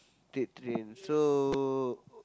take train so